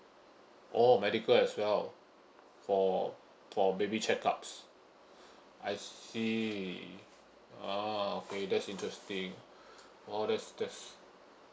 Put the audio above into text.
orh medical as well for for baby check ups I see ah okay that's interesting orh that's that's